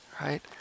right